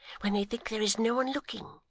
when they think there is no one looking,